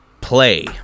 play